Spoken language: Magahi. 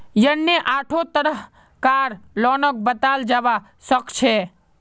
यन्ने आढ़ो तरह कार लोनक बताल जाबा सखछे